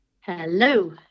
Hello